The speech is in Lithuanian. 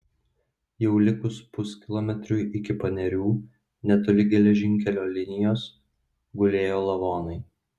jau likus puskilometriui iki panerių netoli geležinkelio linijos gulėjo lavonai